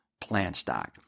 PlantStock